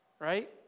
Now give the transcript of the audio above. right